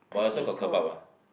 potato